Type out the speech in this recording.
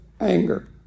anger